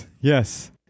yes